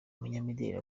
umunyamideli